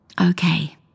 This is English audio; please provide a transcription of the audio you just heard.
Okay